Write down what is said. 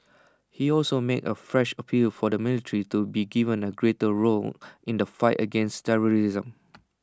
he also made A fresh appeal for the military to be given A greater role in the fight against terrorism